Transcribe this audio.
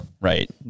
right